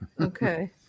Okay